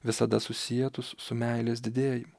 visada susietus su meilės didėjimu